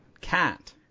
Cat